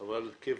אבל, כוועדה,